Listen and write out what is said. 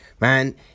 Man